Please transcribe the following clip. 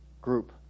group